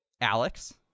Alex